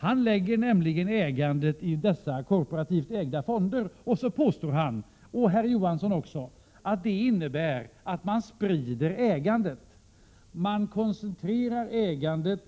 Han lägger nämligen ägandet i dessa korporativt ägda fonder, och så påstår han — och det gör herr Johansson också — att det innebär att ägandet sprids. Nej, man koncentrerar ägandet